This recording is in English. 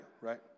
right